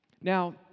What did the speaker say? Now